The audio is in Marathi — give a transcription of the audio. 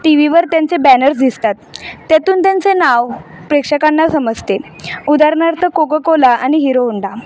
टी वीवर त्यांचे बॅनर्स दिसतात त्यातून त्यांचे नाव प्रेक्षकांना समजते उदारणार्थ कोको कोला आणि हिरो होंडा